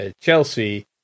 Chelsea